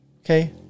okay